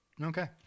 Okay